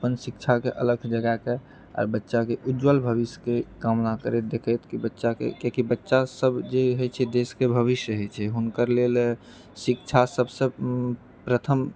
अपन शिक्षाके अलख जगा कऽ आ बच्चाके उज्ज्वल भविष्यके कामना करैत देखैत कि बच्चा के किएकि बच्चा सब जे होइत छै देशके भविष्य होइत छै हुनकर लेल शिक्षा सबसँ प्रथम चीज